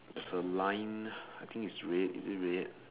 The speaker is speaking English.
there's a line I think it's red is it red